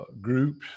groups